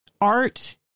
art